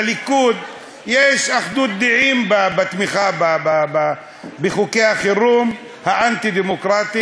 ליכוד יש אחדות דעים בתמיכה בחוקי החירום האנטי-דמוקרטיים,